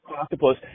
octopus